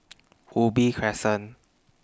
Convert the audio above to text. Ubi Crescent